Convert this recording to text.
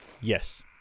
Yes